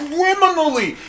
Criminally